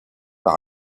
par